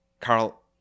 Carl